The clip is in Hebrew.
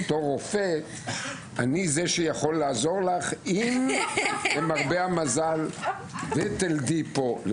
בתור רופא אני יכול לעזור לך אם למרבה המזל תלדי פה.